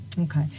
Okay